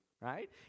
right